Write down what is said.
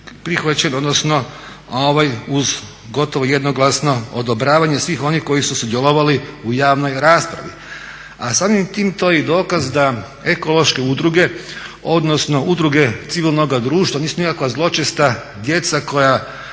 prihvaćen, odnosno uz gotovo jednoglasno odobravanje svih onih koji su sudjelovali u javnoj raspravi. A samim time to je i dokaz da ekološke udruge, odnosno udruge civilnoga društva nisu nikakva zločesta djeca koja